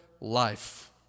life